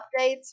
updates